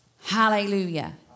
hallelujah